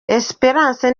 esperance